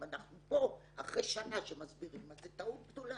אם אנחנו פה אחרי שנה שמסבירים אז זו טעות גדולה.